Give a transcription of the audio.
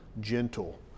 gentle